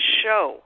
show